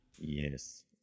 yes